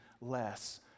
less